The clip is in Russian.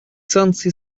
санкции